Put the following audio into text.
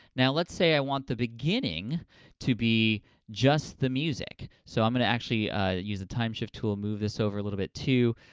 now, let's say i want the beginning to be just the music. so i'm gonna actually use the time shift tool, move this over a little bit, too.